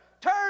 turn